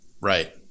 right